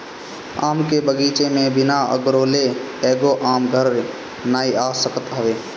आम के बगीचा में बिना अगोरले एगो आम घरे नाइ आ सकत हवे